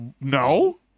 No